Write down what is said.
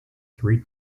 three